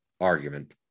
argument